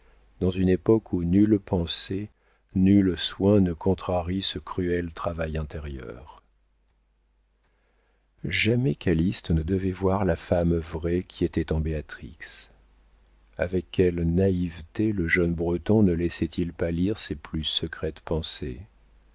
dans une époque où nulle pensée nul soin ne contrarient ce cruel travail intérieur jamais calyste ne devait voir la femme vraie qui était en béatrix avec quelle naïveté le jeune breton ne laissait il pas lire ses plus secrètes pensées